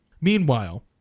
Meanwhile